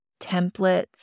templates